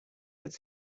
could